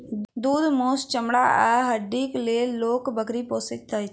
दूध, मौस, चमड़ा आ हड्डीक लेल लोक बकरी पोसैत अछि